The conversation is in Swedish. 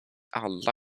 alla